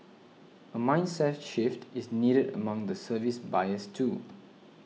a mindset shift is needed among the service buyers too